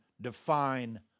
define